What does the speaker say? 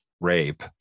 Rape